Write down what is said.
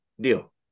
deal